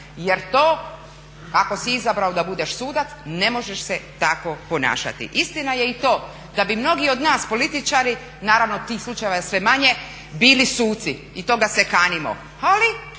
jer to ako si izabrao da budeš sudac ne možeš se tako ponašati. Istina je i to da bi mnogi od nas političari, naravno tih slučajeva je sve manje, bili suci i toga se kanimo. Ali,